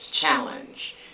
Challenge